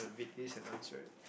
uh read this and answer it